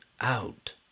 out